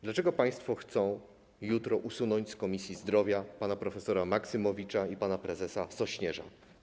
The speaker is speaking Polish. Dlaczego państwo chcą usunąć jutro z Komisji Zdrowia pana prof. Maksymowicza i pana prezesa Sośnierza?